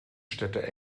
städte